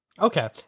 Okay